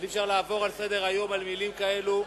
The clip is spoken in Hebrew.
אבל אי-אפשר לעבור לסדר-היום על מלים כאלה.